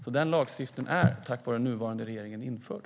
Så den lagstiftningen är, tack vare den nuvarande regeringen, redan införd.